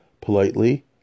politely